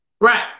Right